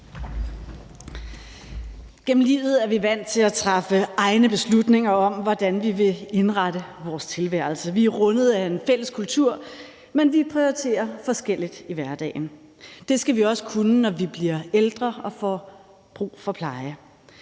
Gennem livet er vi vant til at træffe egne beslutninger om, hvordan vi vil indrette vores tilværelse. Vi er rundet af en fælles kultur, men vi prioriterer forskelligt i hverdagen. Det skal vi også kunne, når vi bliver ældre og får brug for pleje.